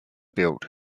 built